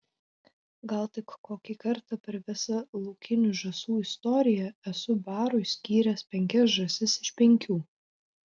gal tik kokį kartą per visą laukinių žąsų istoriją esu barui skyręs penkias žąsis iš penkių